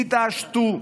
תתעשתו.